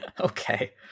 Okay